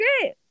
great